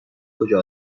کجا